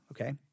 Okay